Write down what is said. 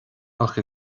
ach